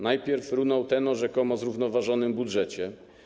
Najpierw runął ten mit o rzekomo zrównoważonym budżecie.